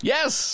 Yes